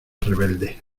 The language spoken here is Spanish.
rebelde